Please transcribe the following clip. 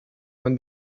when